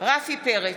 רפי פרץ,